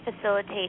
facilitate